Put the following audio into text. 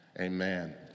amen